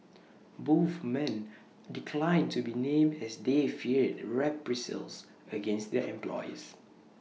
both men declined to be named as they feared reprisals against their employers